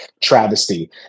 travesty